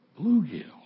bluegill